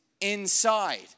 inside